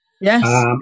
Yes